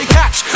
catch